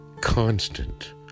constant